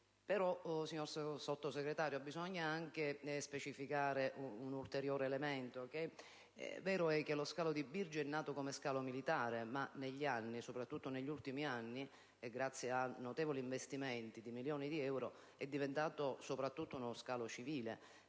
Però, signor Sottosegretario, bisogna specificare un ulteriore elemento. È vero che lo scalo aereo di Birgi è nato come scalo militare, ma in particolare negli ultimi anni, grazie ad investimenti di milioni di euro, è diventato soprattutto uno scalo civile.